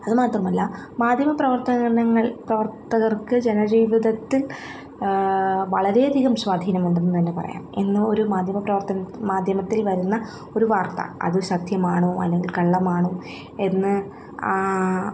അത് മാത്രമല്ല മാധ്യമ പ്രവർത്തനങ്ങൾ പ്രവർത്തകർക്ക് ജനജീവിതത്തിൽ വളരെയധികം സ്വാധീനം ഉണ്ടെന്നുതന്നെ പറയാം ഇന്ന് ഒരു മാധ്യമ പ്രവർത്തനത്തിൽ മാധ്യമത്തിൽ വരുന്ന ഒരു വാർത്ത അത് സത്യമാണോ കള്ളമാണോ എന്ന്